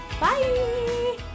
Bye